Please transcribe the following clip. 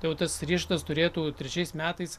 tai jau tas riešutas turėtų trečiais metais